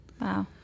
Wow